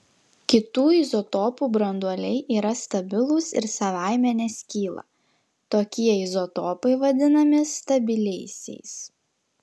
kitų izotopų branduoliai yra stabilūs ir savaime neskyla tokie izotopai vadinami stabiliaisiais